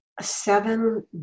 seven